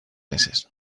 meses